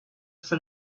for